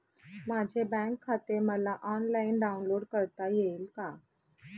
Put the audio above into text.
माझे बँक खाते मला ऑनलाईन डाउनलोड करता येईल का?